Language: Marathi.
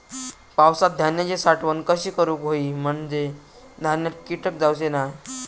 पावसात धान्यांची साठवण कशी करूक होई म्हंजे धान्यात कीटक जाउचे नाय?